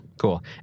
Cool